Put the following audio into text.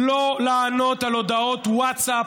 לא לענות על הודעות ווטסאפ.